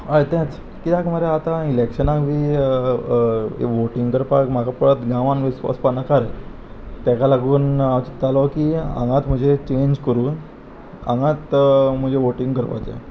हय तेंच कित्याक मरे आतां इलेक्शनाक बी वोटींग करपाक म्हाका परत गांवान वचपा नाका ताका लागून हांव चित्तालों की हांगाच म्हजे चेंज करून हांगात म्हजे वोटींग करपाचें